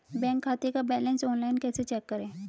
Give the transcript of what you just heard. Bank खाते का balance online कैसे चेक करें?